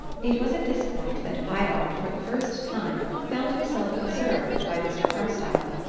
it was at this point that vibart, for the first time, found himself observed by mr. carstyle.